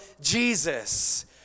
Jesus